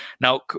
Now